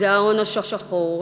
זה ההון השחור.